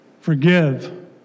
Forgive